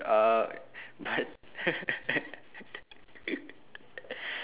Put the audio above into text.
uh but